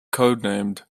codenamed